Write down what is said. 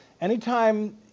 Anytime